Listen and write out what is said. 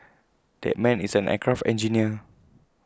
that man is an aircraft engineer